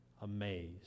amazed